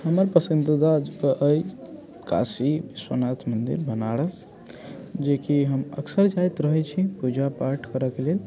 हमर पसन्दीदा अइ काशी विश्वनाथ मन्दिर बनारस जेकि हम अक्सर जाइत रहैत छी पूजापाठ करऽ के लेल